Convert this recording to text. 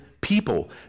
people